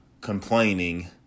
complaining